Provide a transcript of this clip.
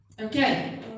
okay